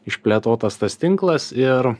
išplėtotas tas tinklas ir